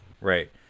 Right